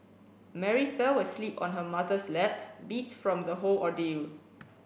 Mary fell asleep on her mother's lap beat from the whole ordeal